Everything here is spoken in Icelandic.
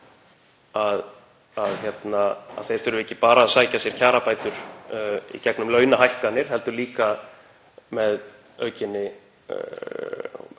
að þeir þurfi ekki bara að sækja sér kjarabætur í gegnum launahækkanir heldur líka með aukinni